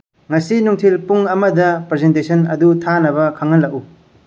ꯉꯁꯤ ꯅꯨꯡꯊꯤꯜ ꯄꯨꯡ ꯑꯃꯗ ꯄ꯭ꯔꯖꯦꯟꯇꯦꯁꯟ ꯑꯗꯨ ꯊꯥꯅꯕ ꯈꯪꯍꯟꯂꯛꯎ